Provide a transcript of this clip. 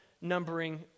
numbering